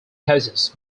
cases